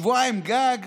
שבועיים גג,